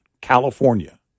California